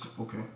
Okay